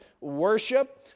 worship